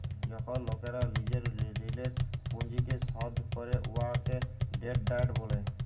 যখল লকেরা লিজের ঋলের পুঁজিকে শধ ক্যরে উয়াকে ডেট ডায়েট ব্যলে